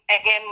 again